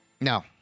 No